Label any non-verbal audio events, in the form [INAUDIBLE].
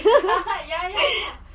[LAUGHS]